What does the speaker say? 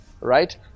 right